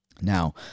now